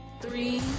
Three